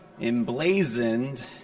emblazoned